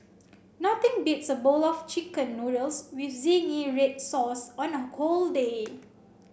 nothing beats a bowl of chicken noodles with zingy red sauce on a cold day